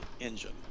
engine